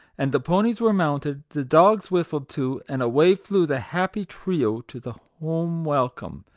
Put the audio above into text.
and the ponies were mounted, the dogs whistled to, and away flew the happy trio to the home welcome,